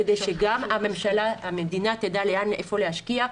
כדי שגם המדינה תדע איפה להשקיע,